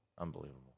Unbelievable